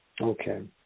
Okay